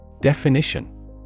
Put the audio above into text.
Definition